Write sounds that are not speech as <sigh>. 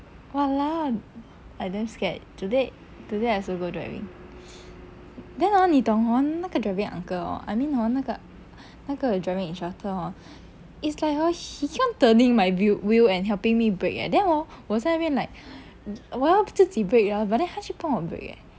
!walao! I damn scared today today I also go driving then hor 你懂 hor 那个 driving uncle hor I mean hor 那个那个 driving instructor hor is like hor he keep on turning my whe~ wheel and helping me break leh then hor 我在那边 like <breath> 我要自己 break hor but then 他去跟我 break leh